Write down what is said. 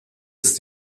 ist